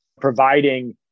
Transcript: providing